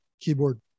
keyboard